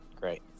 Great